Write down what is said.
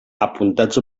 apuntats